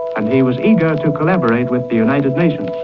and he was eager to collaborate with the united nations,